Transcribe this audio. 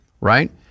right